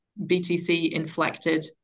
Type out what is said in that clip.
BTC-inflected